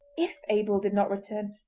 if abel did not return,